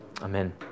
Amen